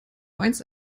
einst